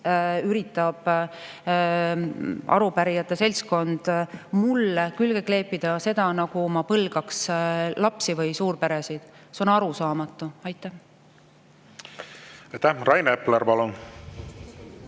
üritab arupärijate seltskond mulle külge kleepida seda, nagu ma põlgaks lapsi või suurperesid. See on arusaamatu. Aitäh! Rain Epler, palun!